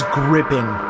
gripping